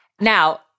now—